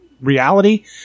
reality